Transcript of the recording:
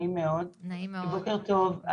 בוקר טוב.